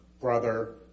brother